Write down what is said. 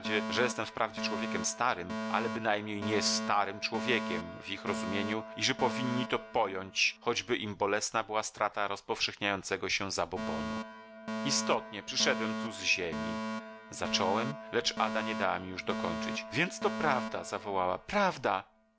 adzie że jestem wprawdzie człowiekiem starym ale bynajmniej nie starym człowiekiem w ich rozumieniu i że powinni to pojąć choćby im bolesna była strata rozpowszechniającego się zabobonu istotnie przyszedłem tu ze ziemi zacząłem lecz ada nie dała mi już dokończyć więc to prawda zawołała prawda